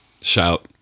Shout